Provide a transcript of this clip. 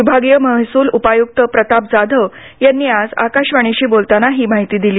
विभागीय महसूल उपायुक्त प्रताप जाधव यांनी आज आकाशवाणीशी बोलताना ही माहिती दिली